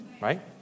right